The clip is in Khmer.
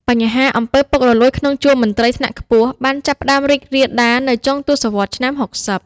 បញ្ហាអំពើពុករលួយក្នុងជួរមន្ត្រីថ្នាក់ខ្ពស់បានចាប់ផ្តើមរីករាលដាលនៅចុងទសវត្សរ៍ឆ្នាំ ៦០។